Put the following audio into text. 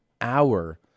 hour